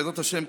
בעזרת השם,